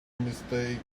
mistake